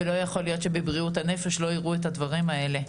ולא יוכל להיות שבבריאות הנפש לא יראו את הדברים האלה.